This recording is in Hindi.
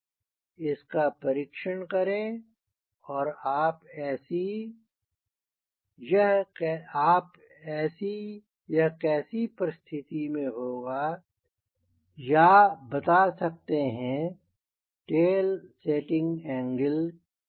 इसका परीक्षण करें और आप ऐसी यह कैसी परिस्थिति में होगा या बना सकते हैं टेल सेटिंग एंगल क्या होगा